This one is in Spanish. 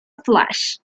flash